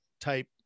type